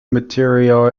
material